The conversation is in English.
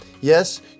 Yes